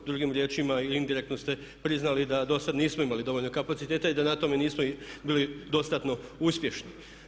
Drugim riječima ili indirektno ste priznali da dosad nismo imali dovoljno kapaciteta i da na tome nismo bili dostatno uspješni.